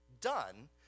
done